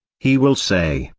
he will say,